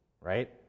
right